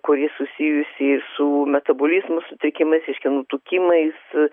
kuri susijusi su metabolizmo sutrikimais reiškia nutukimais